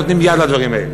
נותנים יד לדברים האלה.